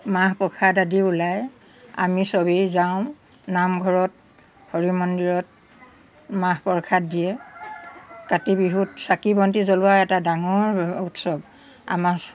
মাহ প্ৰসাদ আদি ওলায় আমি চবেই যাওঁ নামঘৰত হৰি মন্দিৰত মাহ প্ৰসাদ দিয়ে কাতি বিহুত চাকি বন্তি জ্বলোৱা এটা ডাঙৰ উৎসৱ আমাৰ